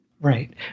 Right